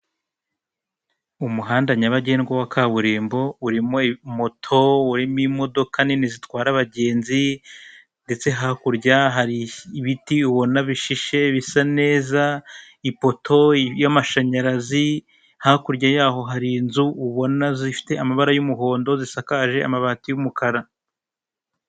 Umuhanda nyabagendwa w'akaburimbo urimo moto, urimo imodoka nini zitwara abagenzi ndetse hakurya hari ibiti ubona bishishe bisa neza, ipoto y'amashanyarazi, hakurya yaho hari inzu ubona zifite amabara y'umuhondo zisakaje amabati y'umukara.